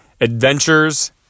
adventures